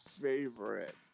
favorite